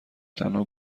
تنها